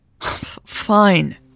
Fine